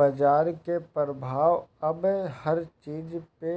बाजार के प्रभाव अब हर चीज पे